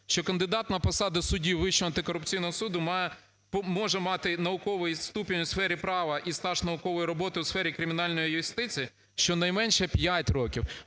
що кандидат на посаду судді Вищого антикорупційного суду має… може мати науковий ступінь у сфері права і стаж наукової роботи у сфері кримінальної юстиції щонайменше п'ять років.